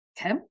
Okay